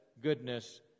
goodness